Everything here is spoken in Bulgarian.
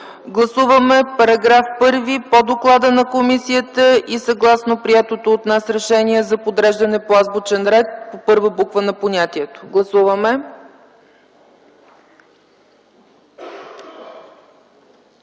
Гласуваме § 1 по доклада на комисията и съгласно приетото от нас решение за подреждане по азбучен ред – по първа буква на понятието. Гласуваме!